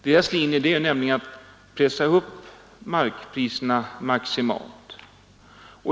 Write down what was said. Deras linje är nämligen att pressa upp markpriserna maximalt.